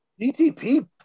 DTP